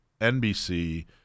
NBC